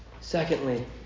Secondly